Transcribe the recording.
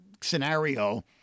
scenario